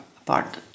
apart